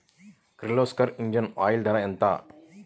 Kirloskar engine oil ధర ఎంత?